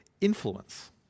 influence